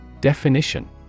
Definition